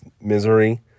misery